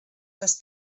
les